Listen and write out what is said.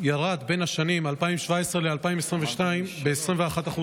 ירדה בין השנים 2017 ו-2022 ב-21%,